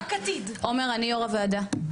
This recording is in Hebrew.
עומר אני יו"ר הוועדה,